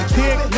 kick